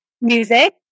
music